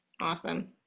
Awesome